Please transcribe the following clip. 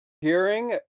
hearing